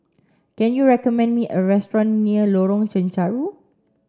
can you recommend me a restaurant near Lorong Chencharu